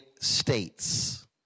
states